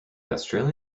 australian